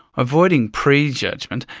avoiding pre-judgement,